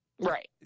Right